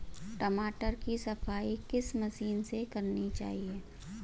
टमाटर की सफाई किस मशीन से करनी चाहिए?